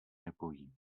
nebojím